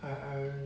I I